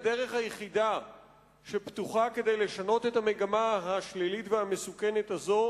הדרך היחידה שפתוחה כדי לשנות את המגמה השלילית והמסוכנת הזאת